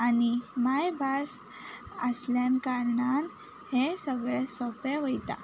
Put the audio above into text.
आनी मायभास आसल्यान कारणान हें सगळें सोंपें वयता